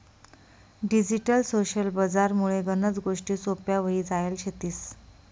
digital social बजार मुळे गनच गोष्टी सोप्प्या व्हई जायल शेतीस